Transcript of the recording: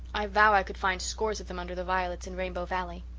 i vow i could find scores of them under the violets in rainbow valley.